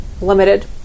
limited